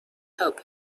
help